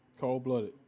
cold-blooded